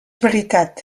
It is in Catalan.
veritat